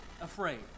afraid